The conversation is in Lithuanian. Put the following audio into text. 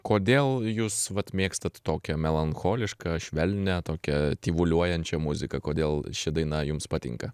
kodėl jūs vat mėgstat tokią melancholišką švelnią tokią tyvuliuojančią muziką kodėl ši daina jums patinka